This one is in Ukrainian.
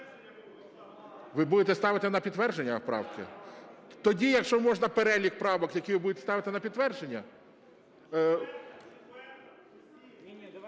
Ви будете ставити на підтвердження правки? Тоді, якщо можна, перелік правок, які ви будете на підтвердження.